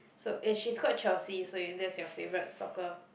so eh she's called Chelsea so if that's your favorite soccer